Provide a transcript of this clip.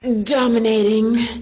dominating